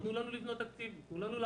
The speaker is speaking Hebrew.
לתת לנו לבנות תקציב, לתת לנו לעבוד.